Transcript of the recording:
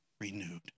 renewed